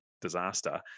disaster